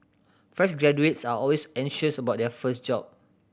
fresh graduates are always anxious about their first job